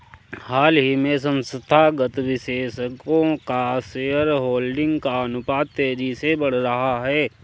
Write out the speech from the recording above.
हाल ही में संस्थागत निवेशकों का शेयरहोल्डिंग का अनुपात तेज़ी से बढ़ रहा है